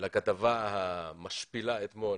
לכתבה המשפילה שפורסמה אתמול